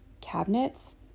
cabinets